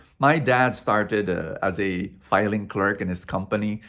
my dad started as a filing clerk in his company,